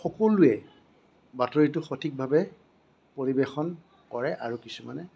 সকলোৱে বাতৰিটো সঠিকভাৱে পৰিৱেশন কৰে আৰু কিছুমানে